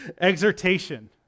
Exhortation